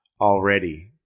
already